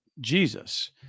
Jesus